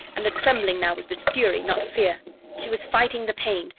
and the trembling now was with fury, not fear she was fighting the pain,